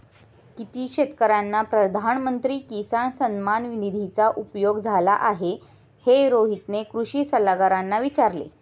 किती शेतकर्यांना प्रधानमंत्री किसान सन्मान निधीचा उपयोग झाला आहे, हे रोहितने कृषी सल्लागारांना विचारले